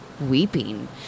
weeping